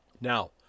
Now